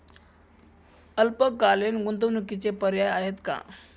अल्पकालीन गुंतवणूकीचे पर्याय आहेत का?